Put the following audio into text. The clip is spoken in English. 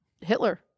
Hitler